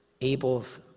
Abel's